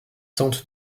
tentent